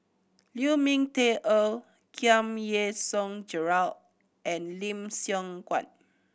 Lu Ming Teh Earl Giam Yean Song Gerald and Lim Siong Guan